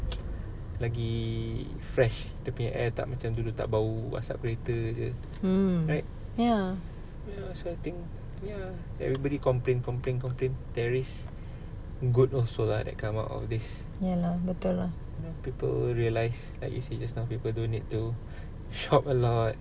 lagi fresh dia punya air tak macam dulu tak bau asap kereta right ya so I think ya everybody complain complain complain there is good also lah that come out of this people realise like you say just now people don't need to shop a lot